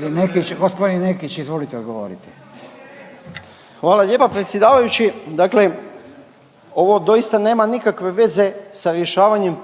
g. Nekić, izvolite odgovoriti. **Nekić, Darko** Hvala lijepa predsjedavajući, dakle ovo doista nema nikakve veze sa rješavanjem